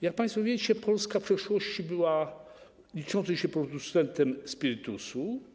Jak państwo wiecie, Polska w przeszłości była liczącym się producentem spirytusu.